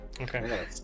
Okay